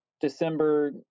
December